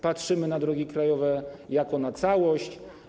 Patrzymy na drogi krajowe jako na całość.